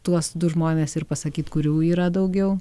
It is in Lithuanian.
tuos du žmones ir pasakyt kurių yra daugiau